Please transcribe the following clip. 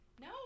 no